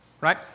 Right